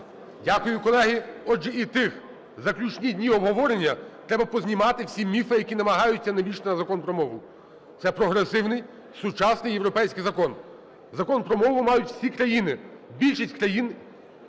Дякую, колеги. Отже, у ті заключні дні обговорення треба познімати всі міфи, які намагаються навішати на Закон про мову. Це прогресивний, сучасний, європейський закон. Закон про мову мають всі країни, більшість країн